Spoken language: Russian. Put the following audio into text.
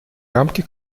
рамки